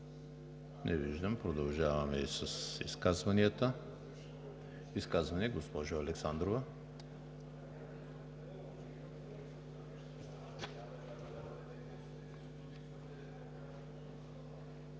Не виждам. Продължаваме с изказванията. Изказване – госпожо Александрова,